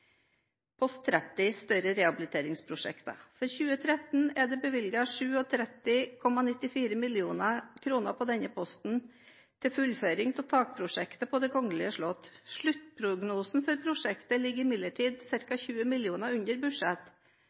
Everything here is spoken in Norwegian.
post 30 Større rehabiliteringsprosjekter. For 2013 er det bevilget 37,94 mill. kr på denne posten til fullføring av takprosjektet på Det Kongelige Slott. Sluttprognosen for prosjektet ligger imidlertid ca. 20 mill. kr under budsjett.